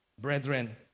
brethren